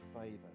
favor